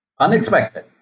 unexpected